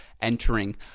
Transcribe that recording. entering